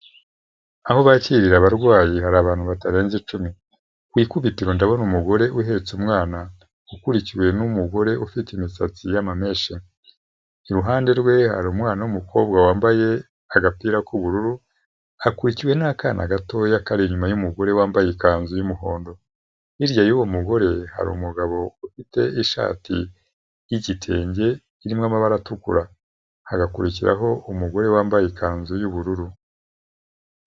Aho bakiriye abarwayi hari abantu batarenze icumi, ku ikubitiro ndabona umugore uhetse umwana ukurikiwe n'umugore ufite imisatsi y'ama menshi, iruhande rwe hari umwana w'umukobwa wambaye agapira k'ubururu, hakurikiwe n'akana gatoya kari inyuma y'umugore wambaye ikanzu y'umuhondo, hirya y'uwo mugore hari umugabo ufite ishati y'igitenge irimo amabara atukura, hagakurikiraho umugore wambaye ikanzu y'ubururu.